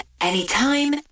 anytime